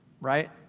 right